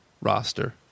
roster